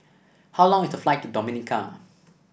how long is the flight to Dominica